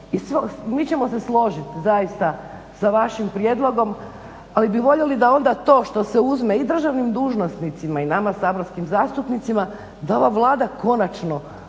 mi ćemo se složiti, zaista sa vašim prijedlogom. Ali bi voljeli da onda to što se uzme i državnim dužnosnicima i nama saborskim zastupnicima da ova Vlada konačno,